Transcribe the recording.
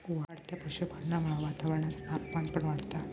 वाढत्या पशुपालनामुळा वातावरणाचा तापमान पण वाढता